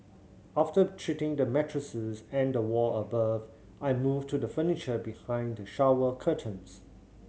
after treating the mattress and the wall above I moved to the furniture behind the shower curtains